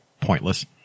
pointless